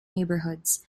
neighbourhoods